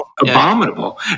abominable